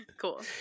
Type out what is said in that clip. Cool